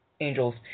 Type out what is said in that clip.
angels